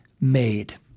made